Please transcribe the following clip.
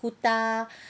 kuta